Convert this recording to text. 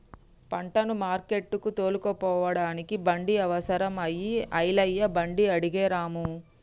పంటను మార్కెట్టుకు తోలుకుపోడానికి బండి అవసరం అయి ఐలయ్య బండి అడిగే రాము